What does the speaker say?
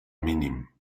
mínim